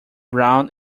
brown